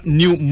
new